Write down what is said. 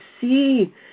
see